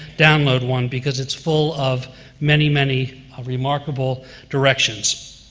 download one, because it's full of many, many remarkable directions.